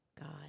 God